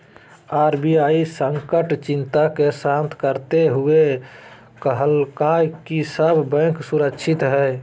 RBI संकट चिंता के शांत करते हुए कहलकय कि सब बैंक सुरक्षित हइ